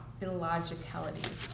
illogicality